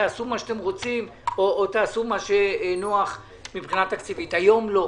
תעשו מה שאתם רוצים או תעשו מה שנוח מבחינה תקציבית אבל היום לא.